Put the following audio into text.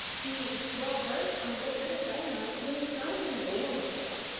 be well versed on what you're deciding on when it's not even available to us?